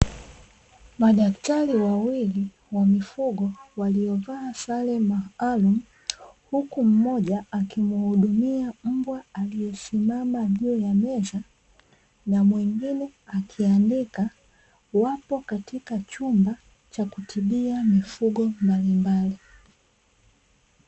Madaktari wawili wa mifuho walio vaa sare maalumu, huku mmoja akimuhudumia mbwa aliye simama juu ya meza na mwingine akiandika. Wapo katika chumba cha kutibia mifugo mbalimbali.